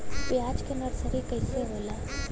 प्याज के नर्सरी कइसे होला?